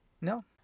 No